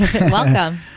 Welcome